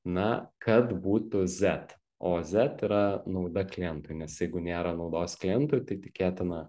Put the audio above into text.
na kad butų zet o zet yra nauda klientui nes jeigu nėra naudos klientui tai tikėtina